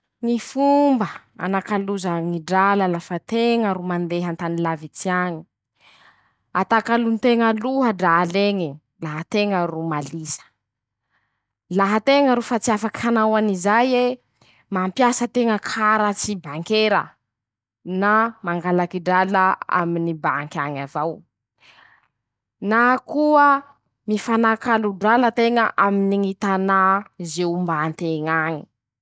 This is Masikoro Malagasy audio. Ñy fomba hanakaloza ñy drala lafa teña ro mandeha an-tany lavits'añy: -Atakalonteña aloha dral'eñe, laha teña ro malisa, laha teña ro fa tsy afak'anao anizay ee, mampiasa teña karatsy bankera na mangalaky drala aminy banky añy avao na koa, mifanakalo drala teña aminy ñy tanà ze ombà nteñ'añy.